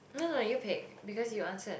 no no you pick because you answered